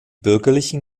bürgerlichen